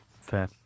Fair